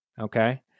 Okay